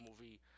movie